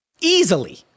Easily